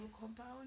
compound